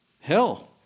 Hell